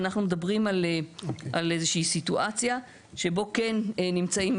אנחנו מדברים על איזושהי סיטואציה שבה כן נמצאים,